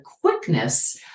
quickness